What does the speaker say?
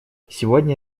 сегодня